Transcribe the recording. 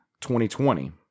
2020